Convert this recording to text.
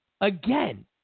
again